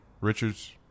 Richards